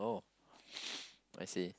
oh I see